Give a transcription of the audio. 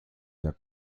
der